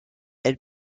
elle